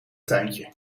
tuintje